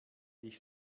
dich